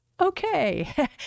Okay